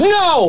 no